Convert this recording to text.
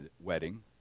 wedding